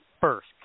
first